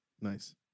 Nice